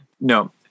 no